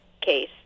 case